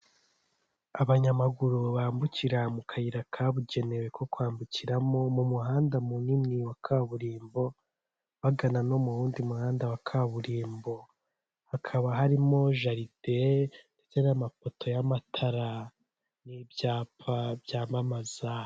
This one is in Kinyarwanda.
Abanyamaguru bambukira mu kayira kabugenewe ko kwambukiramo mu muhanda munini wa kaburimbo, bagana no mu wundi muhanda wa kaburimbo, hakaba harimo jaride ndetse n'amapoto y'amatara, n'ibyapa byamamaza.